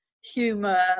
humour